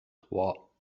trois